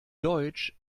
deutsch